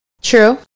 True